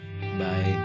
Bye